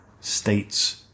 States